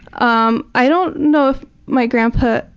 um i don't know if my grandpa.